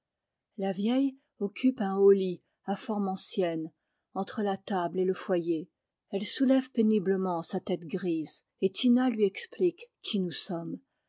la vieille occupe un haut lit à forme ancienne entre la table et le foyer elle soulève péniblement sa tête grise et tina lui explique qui nous sommes